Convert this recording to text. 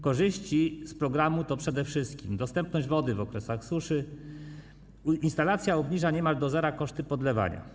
Korzyści z programu to przede wszystkim dostępność wody w okresach suszy, gdyż instalacja obniża niemal do zera koszty podlewania.